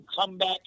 comeback